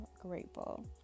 grateful